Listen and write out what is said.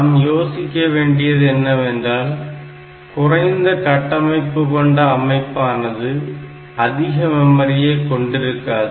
நாம் யோசிக்க வேண்டியது என்னவென்றால் குறைந்த கட்டமைப்பு கொண்ட அமைப்பானது அதிக மெமரியை கொண்டிருக்காது